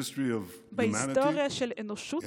בהיסטוריה של האנושות,